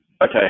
Okay